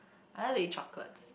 I love to eat chocolate